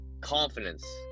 confidence